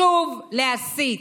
שוב להסיט.